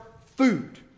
food